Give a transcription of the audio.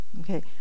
Okay